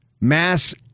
mass